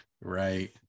right